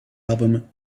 album